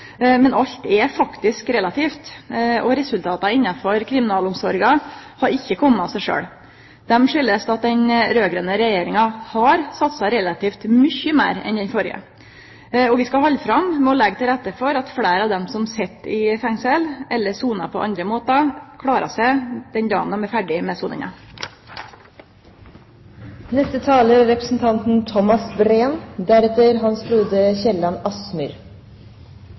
men alt er faktisk relativt. Resultata innafor kriminalomsorga har ikkje kome av seg sjølve. Resultata har si årsak i at den raud-grøne regjeringa har satsa relativt mykje meir enn den førre. Vi skal halde fram med å leggje til rette for at dei som sit i fengsel, eller som sonar på andre måtar, klarer seg den dagen dei er ferdige med